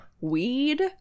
Weed